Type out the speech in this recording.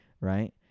right